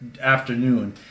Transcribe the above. afternoon